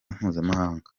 mpuzamahanga